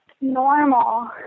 normal